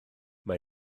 mae